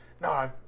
No